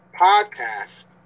podcast